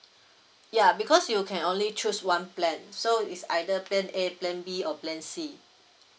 ya because you can only choose one plan so it's either plan A plan B or plan C